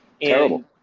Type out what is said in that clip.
Terrible